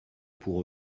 pour